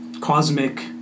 cosmic